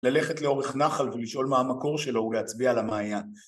ללכת לאורך נחל ולשאול מה המקור שלו, ולהצביע על המעיין.